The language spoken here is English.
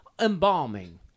embalming